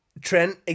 Trent